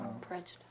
prejudice